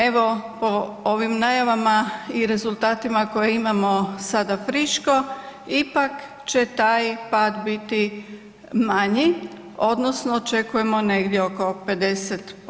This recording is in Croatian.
Evo, po ovim najavama i rezultatima koje imamo sada friško, ipak će taj pad biti manji, odnosno očekujemo negdje oko 50%